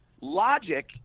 logic